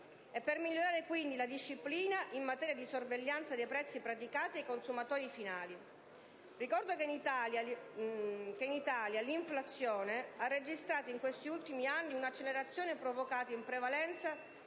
e per migliorare, quindi, la disciplina in materia di sorveglianza dei prezzi praticati ai consumatori finali. Ricordo che in Italia l'inflazione ha registrato in questi ultimi anni una accelerazione provocata in prevalenza